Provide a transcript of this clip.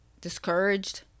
discouraged